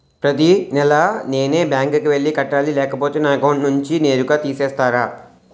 ప్రతి నెల నేనే బ్యాంక్ కి వెళ్లి కట్టాలి లేకపోతే నా అకౌంట్ నుంచి నేరుగా తీసేస్తర?